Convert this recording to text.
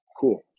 Cool